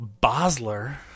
Bosler